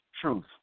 truth